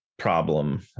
Problem